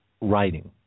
writing